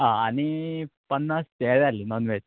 आं आनी पन्नास तें जाली नॉन वॅज